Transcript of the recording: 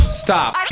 stop